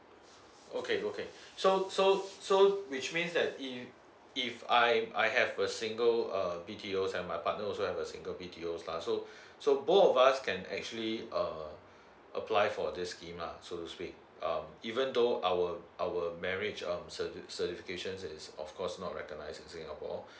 okay okay so so so which means that if if I I have a single uh B T O and my partner also has a single B T O lah so so both of us can actually uh apply for this scheme lah so to speak um even though our our marriage um certi~ certification is of course not recognized in singapore